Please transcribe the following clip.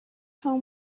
how